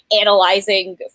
analyzing